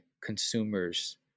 consumers